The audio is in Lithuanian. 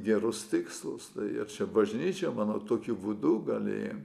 gerus tikslus ir čia bažnyčia manau tokiu būdu gali